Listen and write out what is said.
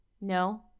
No